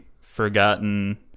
forgotten